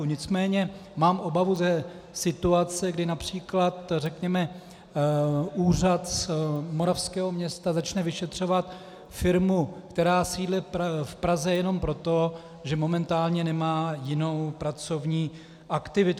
Nicméně mám obavu ze situace, kdy například řekněme úřad z moravského města začne vyšetřovat firmu, která sídlí v Praze, jenom proto, že momentálně nemá jinou pracovní aktivitu.